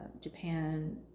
Japan